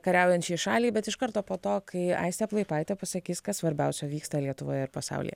kariaujančiai šaliai bet iš karto po to kai aistė plaipaitė pasakys kad svarbiausio vyksta lietuvoje ir pasaulyje